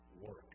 work